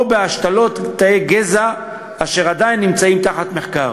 או בהשתלות תאי גזע, אשר עדיין במחקר.